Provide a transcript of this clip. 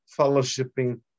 fellowshipping